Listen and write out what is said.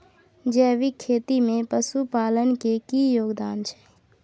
जैविक खेती में पशुपालन के की योगदान छै?